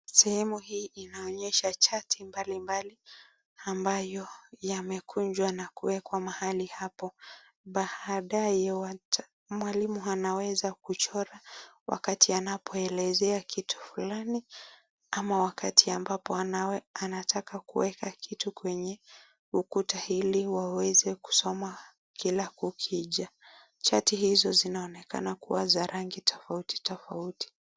Sehemu hii inaonyesha chati mbalimbali ambayo yamekunjwa na kuwekwa mahali hapo. Baadaye mwalimu anaweza kuchora wakati anapoelezea kitu fulani ama wakati ambapo anataka kuweka kitu kwenye ukuta ili waweze kusoma kila kukicha. Chati hizo zinaonekana kuwa za rangi tofauti tofauti.